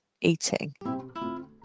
eating